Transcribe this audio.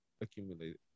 accumulated